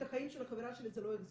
את החיים של חברה שלי זה לא יחזיר.